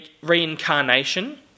reincarnation